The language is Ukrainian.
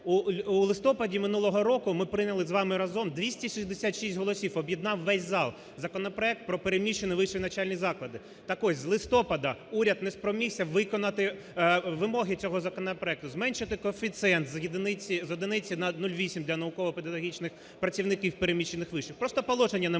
У листопаді минулого року ми прийняли з вами разом, 266 голосів, об'єднав увесь зал, законопроект про переміщені вищі навчальні заклади. Так ось з листопада уряд не спромігся виконати вимоги цього законопроекту: зменшити коефіцієнт з одиниці на 0,8 для науково-педагогічних працівників переміщених вишів. Просто положення не може